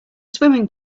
swimming